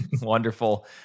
Wonderful